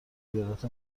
ایالت